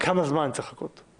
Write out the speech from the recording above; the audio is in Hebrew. כמה זמן צריך לחכות?